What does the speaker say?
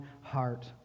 heart